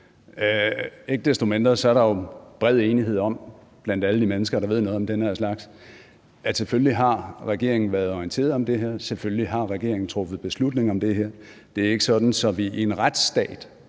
Ikke desto mindre er der jo bred enighed om blandt alle de mennesker, der ved noget om den her slags, at selvfølgelig har regeringen været orienteret om det her; selvfølgelig har regeringen truffet beslutning om det her. Det er ikke sådan, at vi i en retsstat